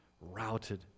routed